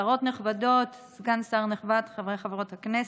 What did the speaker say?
שרות נכבדות, סגן שר נכבד, חברי וחברות הכנסת,